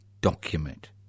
document